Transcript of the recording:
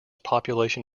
population